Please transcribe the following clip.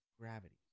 gravity